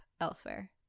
elsewhere